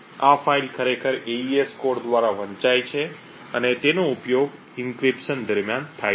આ ફાઇલ ખરેખર AES code દ્વારા વંચાય છે અને તેનો ઉપયોગ એન્ક્રિપ્શન દરમિયાન થાય છે